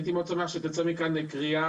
אני הייתי מאוד שמח שתצא מכאן קריאה,